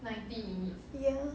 ya